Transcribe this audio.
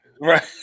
Right